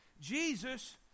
Jesus